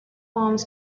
arms